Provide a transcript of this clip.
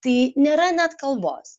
tai nėra net kalbos